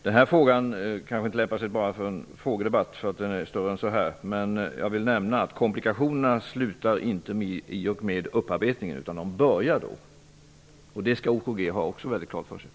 Denna fråga kanske inte lämpar sig en frågedebatt. Frågan är nämligen större än så. Men jag vill nämna att komplikationerna inte slutar i och med upparbetningen; komplikationerna börjar då. Det skall OKG AB ha klart för sig, och det har man på